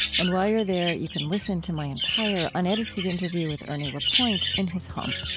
and while you're there, you can listen to my entire, unedited interview with ernie lapointe in his home